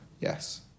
Yes